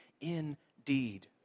indeed